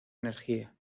energía